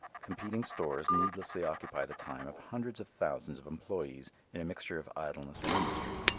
competing stores needlessly occupy the time of hundreds of thousands of employees in a mixture of idleness and industry.